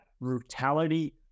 brutality